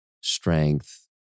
strength